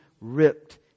ripped